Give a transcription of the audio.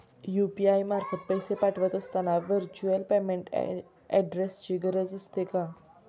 UPI मार्फत पैसे पाठवत असताना व्हर्च्युअल पेमेंट ऍड्रेसची गरज असते का?